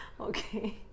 okay